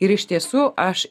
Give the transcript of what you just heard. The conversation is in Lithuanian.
ir iš tiesų aš